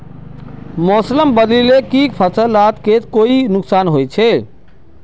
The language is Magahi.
मौसम बदलिले से फसल लार केते कोई नुकसान होचए?